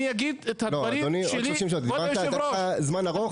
אני אגיד את הדברים שלי, כבוד היושב-ראש.